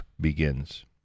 begins